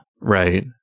Right